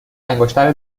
انگشتر